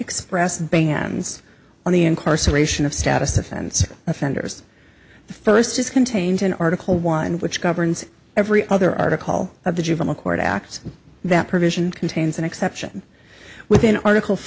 express bans on the incarceration of status offense or offenders the first is contained in article one which governs every other article of the juvenile court act that provision contains an exception within article